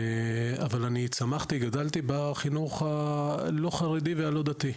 אבל אני צמחתי, גדלתי בחינוך הלא חרדי והלא דתי,